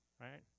right